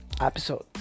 episode